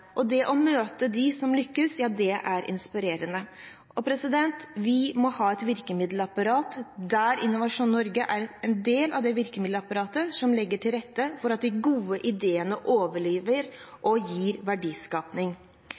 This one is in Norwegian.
Det å møte dem som lykkes, er inspirerende. Vi må ha et virkemiddelapparat der Innovasjon Norge er en del av det virkemiddelapparatet som legger til rette for at de gode ideene overlever og gir